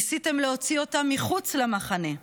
ניסיתם להוציא אותם אל מחוץ למחנה,